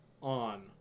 on